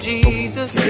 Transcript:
Jesus